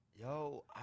yo